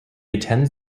attends